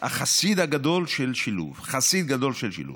החסיד הגדול של שילוב, חסיד גדול של שילוב.